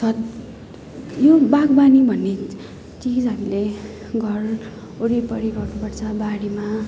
छत यो बागवानी भन्ने चिज हामीले घर वरिपरि गर्नुपर्छ बारीमा